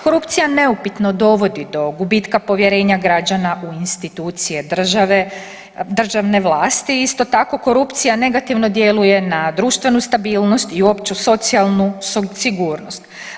Korupcija neupitno dovodi do gubitka povjerenja građana u institucije države, državne vlasti, isto tako korupcija negativno djeluje na društvenu stabilnost i opću socijalnu sigurnost.